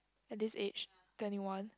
at this age twenty one